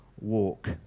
walk